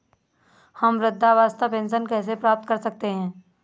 हम वृद्धावस्था पेंशन कैसे प्राप्त कर सकते हैं?